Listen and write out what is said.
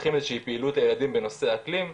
מפתחים איזו שהיא פעילות לילדים בנושא האקלים,